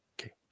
okay